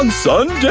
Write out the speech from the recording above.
um son,